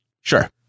sure